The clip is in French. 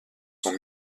sont